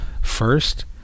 first